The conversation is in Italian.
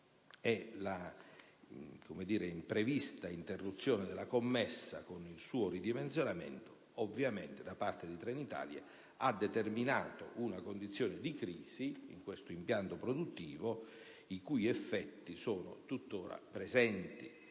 ma l'imprevista interruzione della commessa con il suo ridimensionamento da parte di Trenitalia ha determinato una condizione di crisi di questo impianto produttivo con effetti sia per i